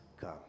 come